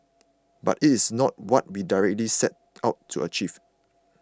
but it is not what we directly set out to achieve